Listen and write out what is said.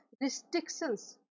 restrictions